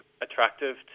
attractive